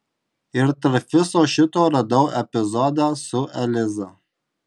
ir tarp viso šito radau epizodą su eliza